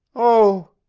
oh!